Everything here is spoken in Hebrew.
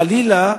חלילה,